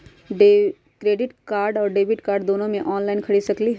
Credit card और debit card दोनों से ऑनलाइन खरीद सकली ह?